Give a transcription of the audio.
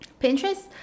Pinterest